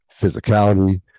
physicality